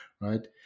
right